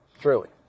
truly